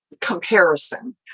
comparison